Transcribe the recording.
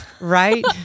Right